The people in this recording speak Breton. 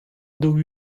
daou